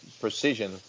precision